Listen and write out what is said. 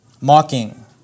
mocking